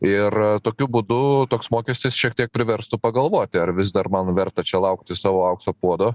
ir tokiu būdu toks mokestis šiek tiek priverstų pagalvoti ar vis dar man verta čia laukti savo aukso puodo